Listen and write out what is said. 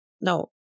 No